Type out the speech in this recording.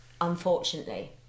unfortunately